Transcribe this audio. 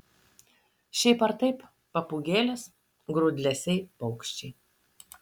šiaip ar taip papūgėlės grūdlesiai paukščiai